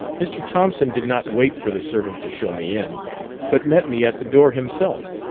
mr. thompson did not wait for the servant to show me in but met me at the door himself,